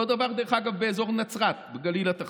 אותו דבר, דרך אגב, באזור נצרת, בגליל התחתון.